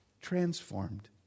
transformed